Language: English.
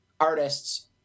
artists